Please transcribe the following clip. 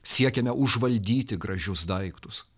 siekiame užvaldyti gražius daiktus